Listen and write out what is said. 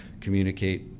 communicate